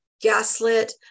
gaslit